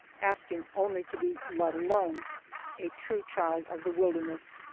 asking only to be let alone a true child of the wilderness,